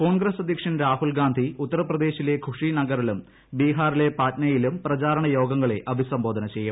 കോൺഗ്രസ് അധ്യക്ഷൻ രാഹുൽ ഗാന്ധി ഉത്തർപ്രദേശിലെ ഖുഷിനഗറിലും ബീഹാറിലെ പറ്റ്നയിലും പ്രചാരണ യോഗങ്ങളെ അഭിസംബോധന ചെയ്യും